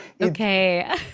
okay